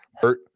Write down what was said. hurt